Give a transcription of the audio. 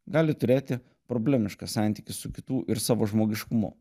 gali turėti problemišką santykį su kitu ir savo žmogiškumu